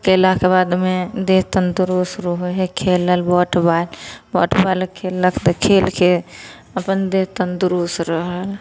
केलाके बादमे देह तन्दुरूस्त रहऽ हइ खेलल बैट बाॅल बैट बाॅल खेललक तऽ खेलके अपन देह तन्दुरुस्त रहल